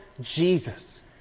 Jesus